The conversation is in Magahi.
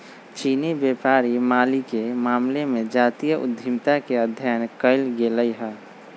चीनी व्यापारी मालिके मामले में जातीय उद्यमिता के अध्ययन कएल गेल हइ